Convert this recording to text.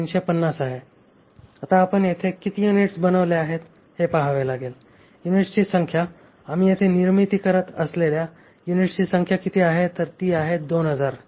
आता आपण येथे किती युनिट्स बनवले आहेत हे पहावे लागेल युनिट्सची संख्या आम्ही येथे निर्मिती करीत असलेल्या युनिट्सची संख्या किती आहे तर ती 2000 आहे